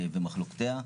הרפורמה ומחלוקותיה,